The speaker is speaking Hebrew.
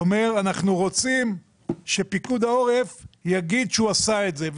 אומר: אנחנו רוצים שפיקוד העורף יגיד שהוא עשה את זה.